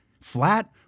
flat